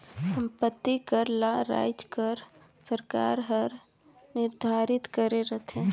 संपत्ति कर ल राएज कर सरकार हर निरधारित करे रहथे